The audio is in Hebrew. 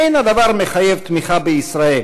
אין הדבר מחייב תמיכה בישראל,